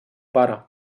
pare